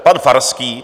Pan Farský.